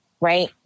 Right